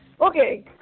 Okay